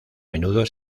menudo